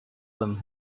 them